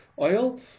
oil